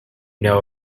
know